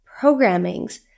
programmings